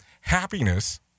Happiness